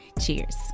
Cheers